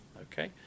okay